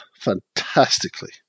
fantastically